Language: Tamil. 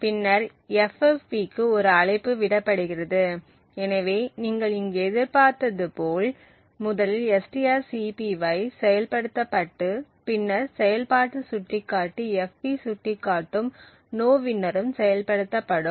பின்னர் ffp க்கு ஒரு அழைப்பு விடப்படுகிறது எனவே நீங்கள் இங்கு எதிர்பார்ப்பது போல் முதலில் strcpy செயல்படுத்தப்பட்டு பின்னர் செயல்பாட்டு சுட்டிக்காட்டி fp சுட்டிக்காட்டும் நோவின்னரும் செயல்படுத்தப்படும்